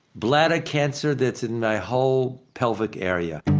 bladder cancer that's in my whole pelvic area